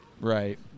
Right